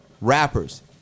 rappers